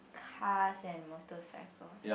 cars and motorcycles